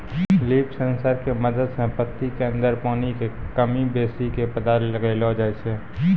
leaf sensor के मदद सॅ पत्ती के अंदर पानी के कमी बेसी के पता लगैलो जाय छै